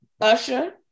Usher